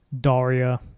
Daria